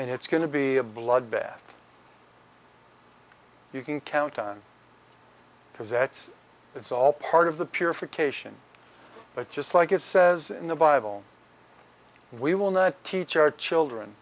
and it's going to be a bloodbath you can count on because that's it's all part of the purification but just like it says in the bible we will not teach our children